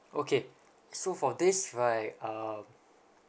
okay so for this right um